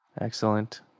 Excellent